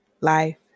life